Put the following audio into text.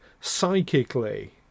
psychically